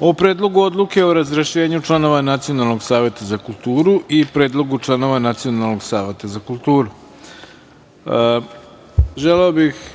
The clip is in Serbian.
o: Predlogu odluke o razrešenju članova Nacionalnog saveta za kulturu i Predlogu članova Nacionalnog saveta za kulturu. Želeo bih,